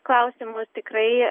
klausimu tikrai